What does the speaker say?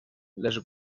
les